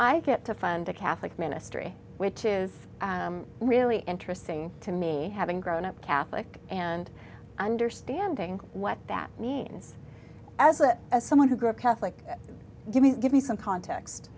i get to fund a catholic ministry which is really interesting to me having grown up catholic and understanding what that means as a as someone who grew up catholic give me give me some context